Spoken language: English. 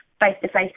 face-to-face